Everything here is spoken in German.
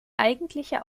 eigentliche